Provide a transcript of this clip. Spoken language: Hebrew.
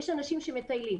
יש אנשים שמטיילים,